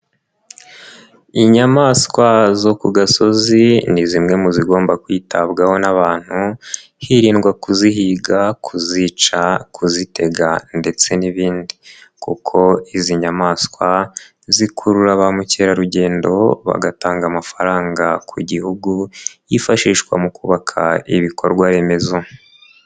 Inyamaswa zo ku gasozi ni zimwe mu zigomba kwitabwaho n'abantu hirindwa kuzihiga, kuzica, kuzitega ndetse n'ibindi, kuko izi nyamaswa zikurura ba mukerarugendo bagatanga amafaranga ku gihugu yifashishwa mu kubaka ibikorwaremezo.